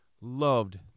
loved